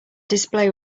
display